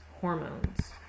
hormones